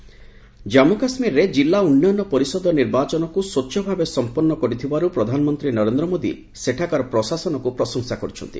PM Jammu Kashmir ଜାନ୍ଧ କାଶ୍ୱୀରରେ ଜିଲ୍ଲା ଉନ୍ନୟନ ପରିଷଦ ନିର୍ବାଚନକୁ ସ୍ପଚ୍ଛ ଭାବେ ସମ୍ପନ୍ନ କରିଥିବାରୁ ପ୍ରଧାନମନ୍ତ୍ରୀ ନରେନ୍ଦ୍ର ମୋଦୀ ସେଠାକାର ପ୍ରଶାସନକୁ ପ୍ରଶଂସା କରିଛନ୍ତି